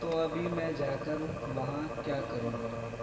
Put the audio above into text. تو ابھی میں جا کر وہاں کیا کروں گا